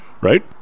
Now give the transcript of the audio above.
right